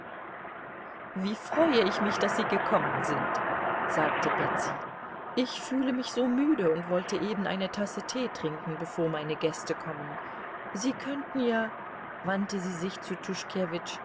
wie freue ich mich daß sie gekommen sind sagte betsy ich fühle mich so müde und wollte eben eine tasse tee trinken bevor meine gäste kommen sie könnten ja wandte sie sich zu